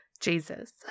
jesus